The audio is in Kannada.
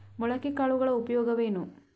ಮೊಳಕೆ ಕಾಳುಗಳ ಉಪಯೋಗವೇನು?